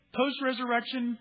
post-resurrection